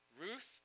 Ruth